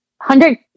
hundred